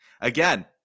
again